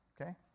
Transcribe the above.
okay